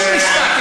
לשום משטר.